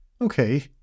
Okay